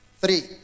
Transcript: Three